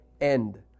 end